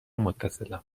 متصلم